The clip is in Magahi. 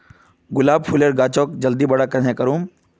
गुलाब फूलेर गाछोक जल्दी बड़का कन्हे करूम?